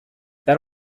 that